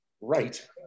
Right